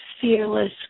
fearless